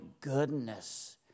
goodness